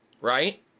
right